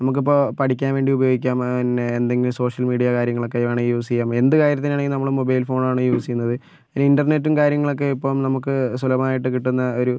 നമുക്കിപ്പോൾ പഠിക്കാൻ വേണ്ടി ഉപയോഗിക്കാം ആ പിന്നെ എന്തെങ്കിലും സോഷ്യൽ മീഡിയ കാര്യങ്ങളൊക്കെ വേണമെങ്കിൽ യൂസെയ്യാം എന്ത് കാര്യത്തിനാണെങ്കിലും നമ്മള് മൊബൈൽ ഫോണാണ് യൂസെയ്യുന്നത് ഇൻറർനെറ്റും കാര്യങ്ങളൊക്കെ ഇപ്പം നമുക്ക് സുലഭമായിട്ട് കിട്ടുന്ന ഒരു